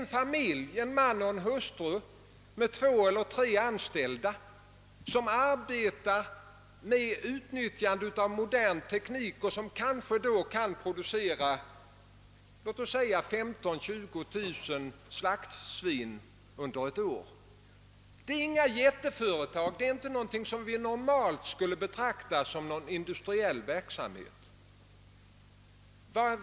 De består av man och hustru med två eller tre anställda som arbetar med utnyttjande av modern teknik och som då kanske kan producera låt oss säga 15 000—20 000 slaktsvin under ett år. De är inga jätteföretag, ingenting som vi normalt skulle betrakta som industriell verksamhet.